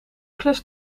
klus